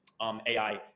AI